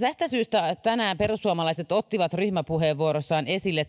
tästä syystä tänään perussuomalaiset ottivat ryhmäpuheenvuorossaan esille